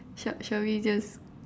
shall shall we just